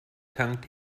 tankt